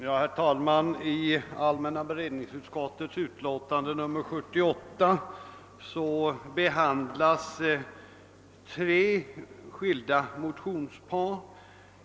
Herr talman! I allmänna beredningsutskottets utlåtande nr 78 behandlas tre motionspar.